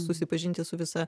susipažinti su visa